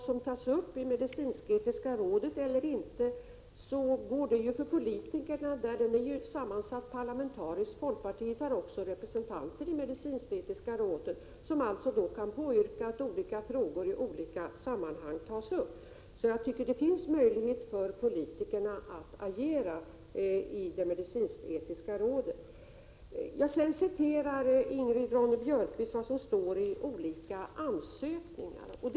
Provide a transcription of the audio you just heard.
Politikerna har således möjlighet att påverka vad som skall tas upp och vad som inte skall tas upp i medicinsk-etiska rådet. Folkpartiet har också representanter i rådet, som kan påyrka att olika frågor tas upp i olika sammanhang. Det finns alltså möjlighet för politikerna att agera i det medicinsk-etiska rådet. Ingrid Ronne-Björkqvist citerade sedan vad som står i olika ansökningar.